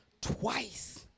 twice